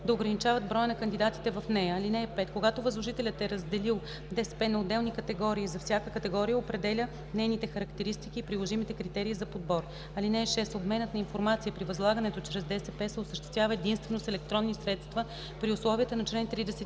да ограничават броя на кандидатите в нея. (5) Когато възложителят е разделил ДСП на отделни категории, за всяка категория определя нейните характеристики и приложимите критерии за подбор. (6) Обменът на информация при възлагането чрез ДСП се осъществява единствено с електронни средства при условията на чл. 39.